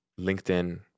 LinkedIn